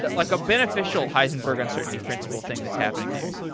but like a beneficial heisenberg uncertainty principle thing that's happening there.